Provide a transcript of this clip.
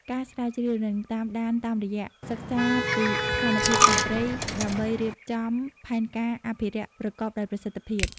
ការស្រាវជ្រាវ និងតាមដានតាមរយៈ សិក្សាពីស្ថានភាពសត្វព្រៃ ដើម្បីរៀបចំផែនការអភិរក្សប្រកបដោយប្រសិទ្ធភាព។